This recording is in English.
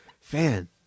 Fan